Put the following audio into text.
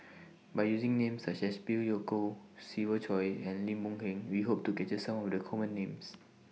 By using Names such as Phey Yew Kok Siva Choy and Lim Boon Heng We Hope to capture Some of The Common Names